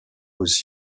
was